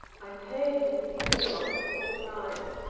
i paid miss ingamells the full price.